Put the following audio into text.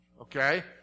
Okay